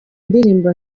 indirimbo